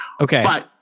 Okay